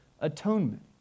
atonement